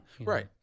right